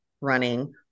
running